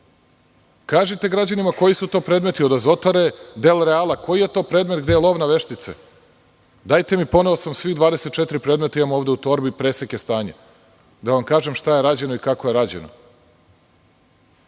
Kažite građanima koji su to predmeti od Azotare i Delreala? Koji je to predmet gde je lov na veštice? Dajte recite, poneo sam svih 24 predmeta imam ovde u torbi, preseke stanja, da vam kažem šta je rađeno i kako je rađeno,